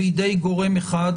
בידי גורם אחד,